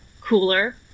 cooler